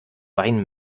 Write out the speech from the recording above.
wein